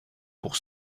pour